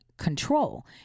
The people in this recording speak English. control